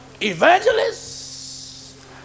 evangelists